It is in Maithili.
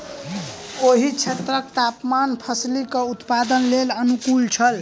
ओहि क्षेत्रक तापमान फसीलक उत्पादनक लेल अनुकूल छल